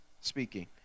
speaking